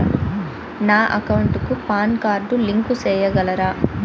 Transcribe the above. నా అకౌంట్ కు PAN card link సేయగలరా?